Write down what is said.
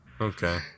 Okay